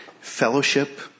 fellowship